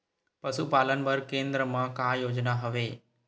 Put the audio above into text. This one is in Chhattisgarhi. पशुपालन बर केन्द्र म का योजना हवे?